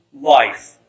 life